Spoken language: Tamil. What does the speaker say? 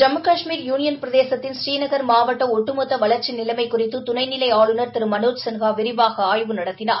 ஜம்மு கஷ்மீர் யுனியன் பிரதேசத்தின் ஸ்ரீநகள் மாவட்ட ஒட்டுமொத்த வளர்ச்சி நிலைமை குறித்து துணை நிலை ஆளுநர் திரு மனோஜ் சின்ஹா விரிவாக ஆய்வு நடத்தினார்